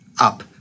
up